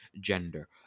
gender